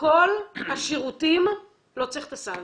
לכל השירותים לא צריך את הסל